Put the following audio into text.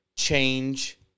change